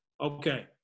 Okay